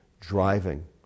driving